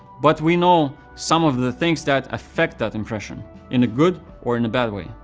but we know some of the things that affect that impression in a good or in a bad way.